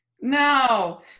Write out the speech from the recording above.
No